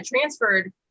transferred